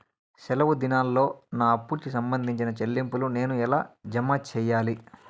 సెలవు దినాల్లో నా అప్పుకి సంబంధించిన చెల్లింపులు నేను ఎలా జామ సెయ్యాలి?